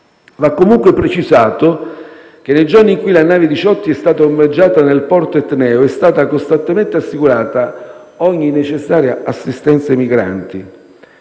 Va comunque precisato che, nei giorni in cui la nave Diciotti è stata ormeggiata nel porto etneo, è stata costantemente assicurata ogni necessaria assistenza ai migranti.